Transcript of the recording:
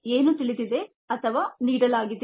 ಏನು ತಿಳಿದಿದೆ ಅಥವಾ ನೀಡಲಾಗಿದೆ